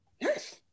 yes